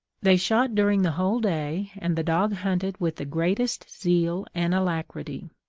they shot during the whole day, and the dog hunted with the greatest zeal and alacrity.